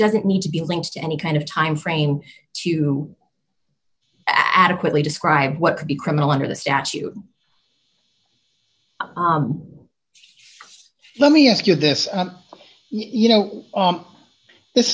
doesn't need to be linked to any kind of timeframe to adequately describe what could be criminal under the statute let me ask you this you know this